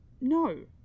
No